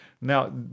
Now